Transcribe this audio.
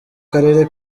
karere